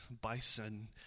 bison